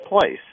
place